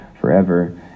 forever